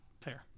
fair